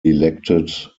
elected